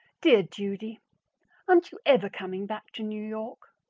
dear judy aren't you ever coming back to new york?